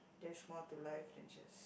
there's more to life than just